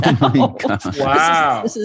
Wow